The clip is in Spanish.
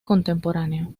contemporáneo